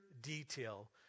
detail